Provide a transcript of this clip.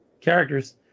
characters